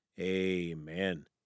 amen